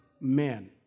men